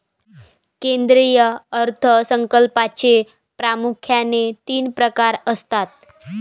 केंद्रीय अर्थ संकल्पाचे प्रामुख्याने तीन प्रकार असतात